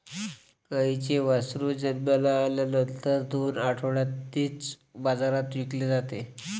गाईचे वासरू जन्माला आल्यानंतर दोन आठवड्यांनीच बाजारात विकले जाते